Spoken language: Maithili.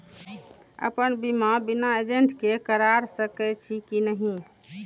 अपन बीमा बिना एजेंट के करार सकेछी कि नहिं?